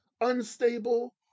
unstable